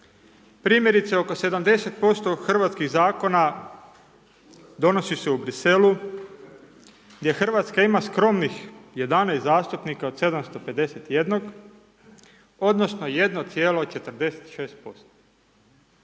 Primjerice oko 70% hrvatskih Zakona, donosi se u Bruxellesu, gdje Hrvatska ima skromnih 11 zastupnika od 751, odnosno 1,46%.